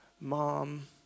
mom